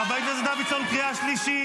חבר הכנסת דוידסון, קריאה שנייה.